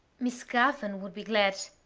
miss gavan would be glad.